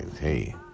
hey